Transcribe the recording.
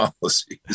policies